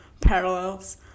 parallels